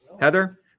Heather